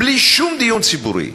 בלי שום דיון ציבורי,